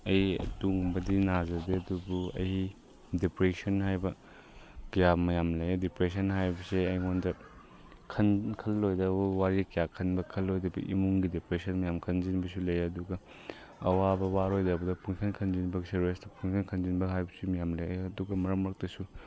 ꯑꯩ ꯑꯗꯨꯒꯨꯝꯕꯗꯤ ꯅꯥꯖꯗꯦ ꯑꯗꯨꯕꯨ ꯑꯩ ꯗꯤꯄ꯭ꯔꯦꯁꯟ ꯍꯥꯏꯕ ꯀꯌꯥ ꯃꯌꯥꯝ ꯂꯩ ꯗꯤꯄ꯭ꯔꯦꯁꯟ ꯍꯥꯏꯕꯁꯦ ꯑꯩꯉꯣꯟꯗ ꯈꯜꯂꯣꯏꯗꯕ ꯋꯥꯔꯤ ꯀꯌꯥ ꯈꯟꯕ ꯈꯜꯂꯣꯏꯗꯕ ꯏꯃꯨꯡꯒꯤ ꯗꯤꯄ꯭ꯔꯦꯁꯟ ꯃꯌꯥꯝ ꯈꯟꯖꯤꯟꯕꯁꯨ ꯂꯩ ꯑꯗꯨꯒ ꯑꯋꯥꯕ ꯋꯥꯔꯣꯏꯗꯕꯗ ꯄꯨꯡꯈꯟ ꯈꯟꯖꯤꯟꯕ ꯄꯨꯡꯈꯟ ꯈꯟꯖꯤꯟꯕ ꯍꯥꯏꯕꯁꯨ ꯃꯌꯥꯝ ꯂꯩ ꯑꯗꯨꯒ ꯃꯔꯛ ꯃꯔꯛꯇꯁꯨ